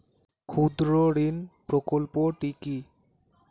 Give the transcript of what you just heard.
ক্ষুদ্রঋণ প্রকল্পটি কি?